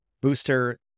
booster